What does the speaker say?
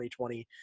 2020